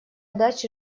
даче